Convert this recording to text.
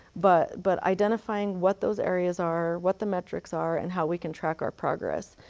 but but, identifying what those areas are, what the metrics are and how we can track our progress.